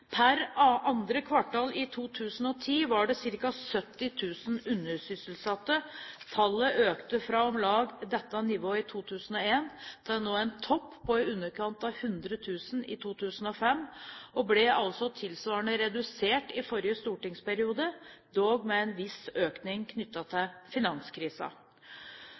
Per 2. kvartal i 2010 var det ca. 70 000 undersysselsatte. Tallet økte fra om lag dette nivået i 2001 til å nå en topp på i underkant av 100 000 i 2005 og ble altså tilsvarende redusert i forrige stortingsperiode, dog med en viss økning knyttet til